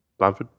Blanford